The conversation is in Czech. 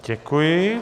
Děkuji.